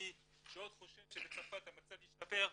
למי שעוד חושב שבצרפת המצב ישתפר,